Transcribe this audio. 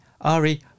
Ari